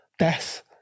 death